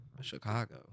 Chicago